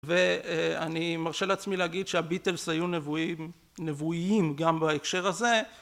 ואני מרשה לעצמי להגיד שהביטלס היו נבואיים גם בהקשר הזה